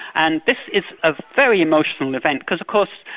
and this is a very emotional event because of course,